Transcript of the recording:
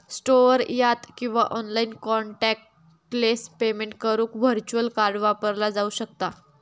store यात किंवा online contactless payment करुक व्हर्च्युअल कार्ड वापरला जाऊ शकता